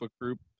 group